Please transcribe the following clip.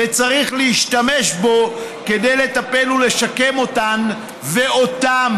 וצריך להשתמש בו כדי לטפל ולשקם אותן ואותם.